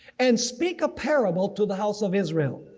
and speak a parable to the house of israel,